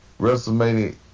WrestleMania